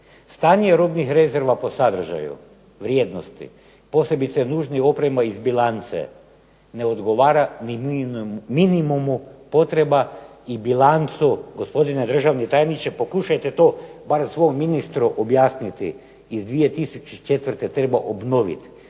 stanje robnih rezerva po sadržaju vrijednosti, posebice nužnih oprema iz bilance ne odgovara ni minimumu potreba i bilancu gospodine državni tajniče pokušajte to barem svom ministru objasniti. Iz 2004. treba obnoviti,